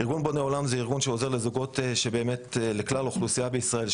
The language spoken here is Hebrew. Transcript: ארגון בונה עולם הוא ארגון שעוזר לזוגות ולכלל האוכלוסייה בישראל,